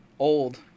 old